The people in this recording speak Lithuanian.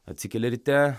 atsikeli ryte